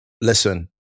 listen